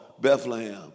Bethlehem